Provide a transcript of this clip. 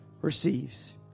receives